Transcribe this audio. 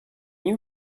you